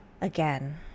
Again